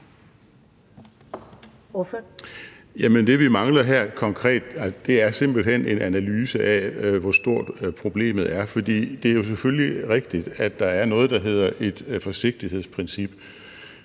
det, vi mangler her konkret, er simpelt hen en analyse af, hvor stort problemet er. For det er selvfølgelig rigtigt, at der er noget, der hedder et forsigtighedsprincip,